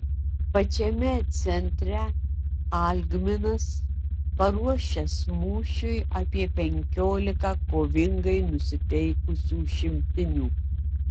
pačiame centre algminas paruošęs mūšiui apie penkiolika kovingai nusiteikusių šimtinių